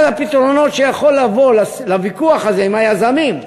אחד הפתרונות שיכולים לבוא בוויכוח הזה עם היזמים,